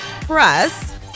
Press